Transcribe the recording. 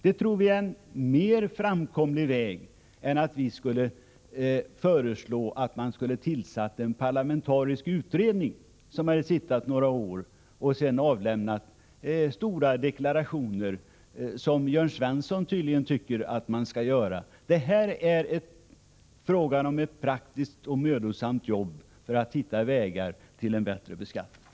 Det tror vi är en mer framkomlig väg än att föreslå att man skulle tillsätta en parlamentarisk utredning, som hade suttit några år och sedan avlämnat stora deklarationer, vilket Jörn Svensson tydligen tycker att vi borde göra. Här är det fråga om ett praktiskt och mödosamt jobb att hitta vägar till en bättre beskattning.